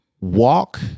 walk